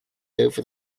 over